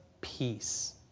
peace